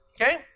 Okay